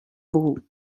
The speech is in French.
brou